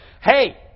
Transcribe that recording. hey